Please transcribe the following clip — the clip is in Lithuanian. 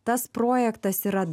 tas projektas yra